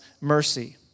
mercy